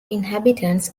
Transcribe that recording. inhabitants